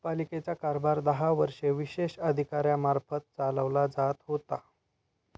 पालिकेचा कारभार दहा वर्षे विशेष अधिकाऱ्यामार्फत चालवला जात होता